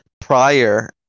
prior